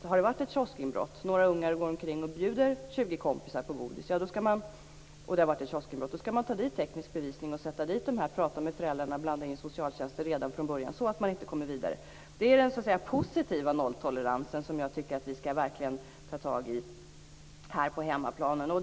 Om det har varit ett kioskinbrott och några ungar går omkring och bjuder 20 kompisar på godis, skall man säkra teknisk bevisning och sätta dit förövarna. Man skall då prata med föräldrarna och blanda in socialtjänsten, så att ungdomarnas brottslighet stoppas redan från början. Det är en positiv nolltolerans som jag tycker att vi verkligen skall ta tag i på hemmaplan.